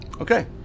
Okay